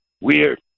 weird